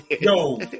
Yo